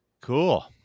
Cool